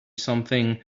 something